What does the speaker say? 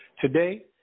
Today